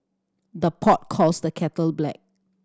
the pot calls the kettle black